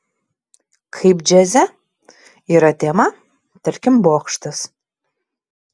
kaip džiaze yra tema tarkim bokštas